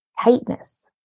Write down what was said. tightness